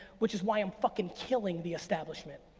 which is why i'm fucking killing the establishment.